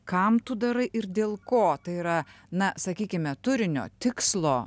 kam tu darai ir dėl ko tai yra na sakykime turinio tikslo